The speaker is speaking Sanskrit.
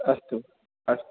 अस्तु अस्तु